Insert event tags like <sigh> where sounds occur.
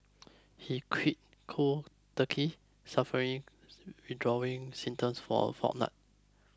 he quit cold turkey suffering <noise> withdrawal symptoms for a fortnight